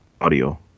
audio